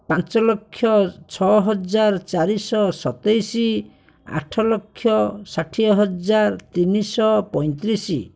ପାଞ୍ଚ ଲକ୍ଷ ଛଅ ହଜାର ଚାରିଶହ ସତେଇଶ ଆଠ ଲକ୍ଷ ଷାଠିଏ ହଜାର ତିନିଶହ ପଇଁତିରିଶ